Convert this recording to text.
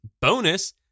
bonus